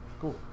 Cool